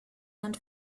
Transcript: and